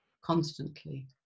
constantly